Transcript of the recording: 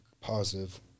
positive